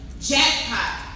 Jackpot